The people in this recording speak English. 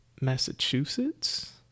Massachusetts